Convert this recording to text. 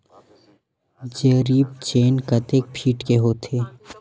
जरीब चेन कतेक फीट के होथे?